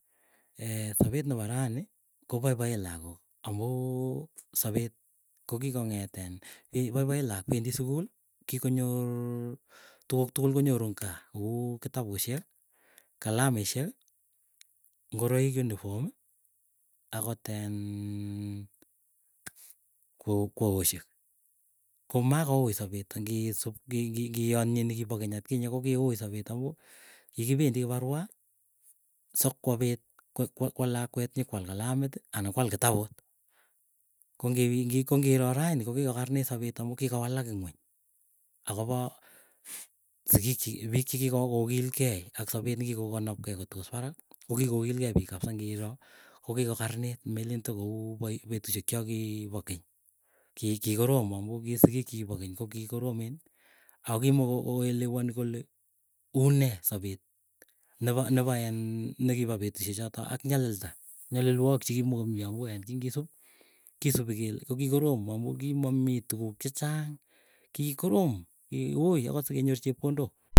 sapet nepo ranii, kopaipoen lagook amuu sapet kokikong'etin paipoen laak pendi sukul kikonyor, tuguk tukul konyoru ngaa. Ako kou kitabusyek, kalamisyek, ngoroik uniform, akot en kweosyek. Ko makoui sapet ngisup, ngiyanyee nikipokeny atkinye kokiui sapet amuu kikipendi kiparua sokwapit kwa lakwet, nyikwal kalamit anan kwal kitaput. Ko ngiroo raini ko kikokaranit sapet, amu kikowalak ingeny. Akopo sigik chi piik chikikokokil gei ak sapet nekikokanapkei kotogos parak kokikokilgei piik, kapsa ngiroo kokikokaranit melen toku petusyek chakipo keny. Ki kikoroom amuu ki sigik chikipo keny kokiikoromen ako kimokoelewani kole unee sapet, nepo nepoiin nekipo petusye choto ak nyalilda nyalilwag chekimokomii amu en kingisup kisupi kele. Kokikoroom amu kimamii tuguk chechang kikorom kiuyi akot sikenyor chepkondok.